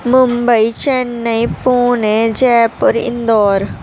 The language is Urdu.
ممبئی چنئی پونے جے پور اندور